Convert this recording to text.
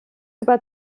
über